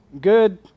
good